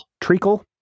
Treacle